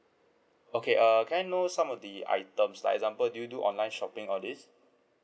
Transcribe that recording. okay err can I know some of the items like example do you do online shopping all these